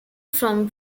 from